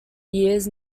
years